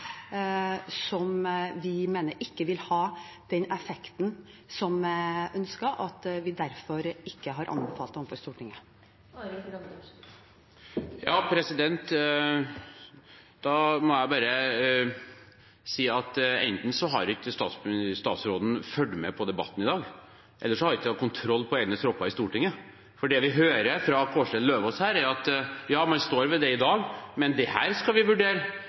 som vi mener ikke vil ha den effekten som er ønsket, og at vi derfor ikke har anbefalt det overfor Stortinget. Da må jeg bare si at enten har ikke statsråden fulgt med på debatten i dag, eller så har hun ikke kontroll på egne tropper i Stortinget. For det vi hører fra Eidem Løvaas her, er at man står ved det i dag, men at dette skal man vurdere